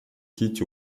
кити